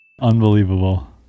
Unbelievable